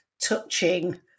touching